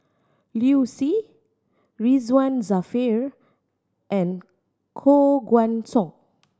Liu Si Ridzwan Dzafir and Koh Guan Song